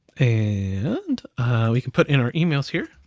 and we can put in our emails here.